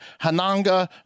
Hananga